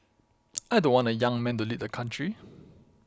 I don't want a young man to lead the country